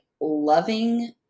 loving